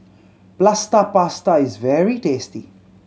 Plaster Prata is very tasty